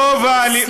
רוב, זה קשור.